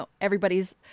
everybody's